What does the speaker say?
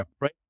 right